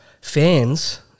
Fans